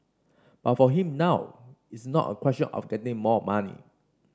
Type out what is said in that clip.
but for him now it's not a question of getting more money